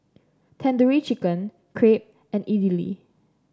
Tandoori Chicken Crepe and Idili